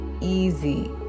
easy